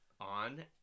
on